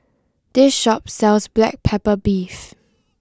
this shop sells Black Pepper Beef